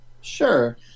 sure